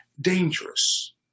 dangerous